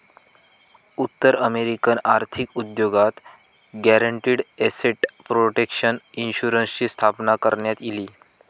उत्तर अमेरिकन आर्थिक उद्योगात गॅरंटीड एसेट प्रोटेक्शन इन्शुरन्सची स्थापना करण्यात इली